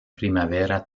primavera